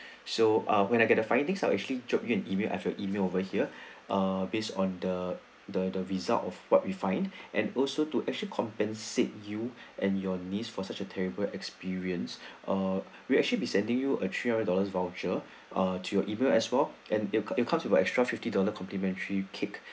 so ah when I get the findings I 'll actually drop you an email as your email over here are based on the the the result of what we fine and also to actually compensate you and your niece for such a terrible experience ah we actually be sending you a three hundred dollars voucher ah to your email as well and it comes with an extra fifty dollar complimentary cake